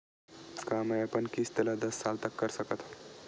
का मैं अपन किस्त ला दस साल तक कर सकत हव?